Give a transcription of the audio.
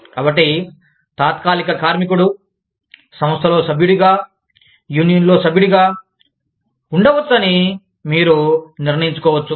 కాబట్టి తాత్కాలిక కార్మికుడు సంస్థలో సభ్యుడిగా యూనియన్లో సభ్యుడిగా ఉండవచ్చని మీరు నిర్ణయించుకోవచ్చు